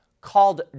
Called